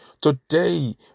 today